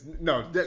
No